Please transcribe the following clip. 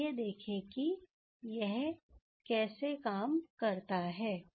आइए देखें कि यह कैसे काम करेगा